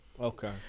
Okay